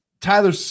Tyler